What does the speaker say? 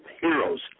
heroes